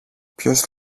ποιος